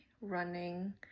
running